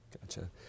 Gotcha